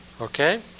Okay